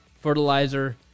fertilizer